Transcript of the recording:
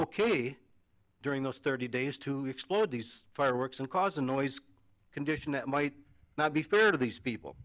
ok during those thirty days to explode these fireworks and cause a noise condition that might not be fair to these people